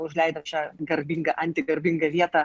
užleidom šią garbingą anti garbingą vietą